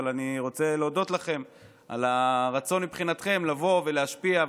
אבל אני רוצה להודות לכם על הרצון מבחינתכם לבוא ולהשפיע,